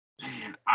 Man